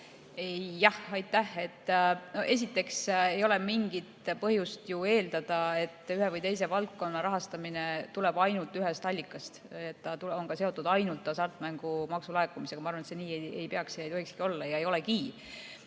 teha. Aitäh! Esiteks ei ole mingit põhjust eeldada, et ühe või teise valdkonna rahastamine tuleb ainult ühest allikast, et see on seotud ainult hasartmängumaksu laekumisega. Ma arvan, et see nii ei peaks olema, ei tohikski olla ja ei olegi.